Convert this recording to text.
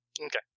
Okay